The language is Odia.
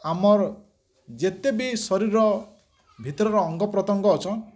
ଆମର୍ ଯେତେ ବି ଶରୀର ଭିତରର ଅଙ୍ଗପ୍ରତ୍ୟଙ୍ଗ ଅଛନ୍